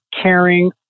caring